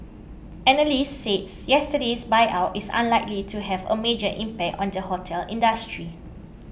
analysts said yesterday's buyout is unlikely to have a major impact on the hotel industry